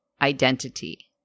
identity